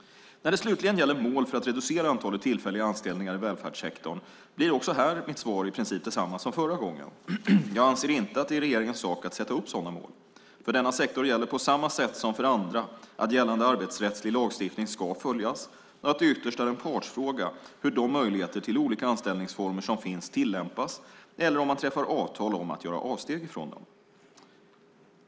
När det slutligen gäller mål för att reducera antalet tillfälliga anställningar i välfärdssektorn blir också här mitt svar i princip detsamma som förra gången. Jag anser inte att det är regeringens sak att sätta upp sådana mål. För denna sektor gäller på samma sätt som för andra att gällande arbetsrättslig lagstiftning ska följas och att det ytterst är en partsfråga hur de möjligheter till olika anställningsformer som finns tillämpas eller om man träffar avtal om att göra avsteg från dem.